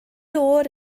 oer